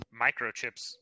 microchips